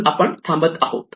म्हणून आपण थांबत आहोत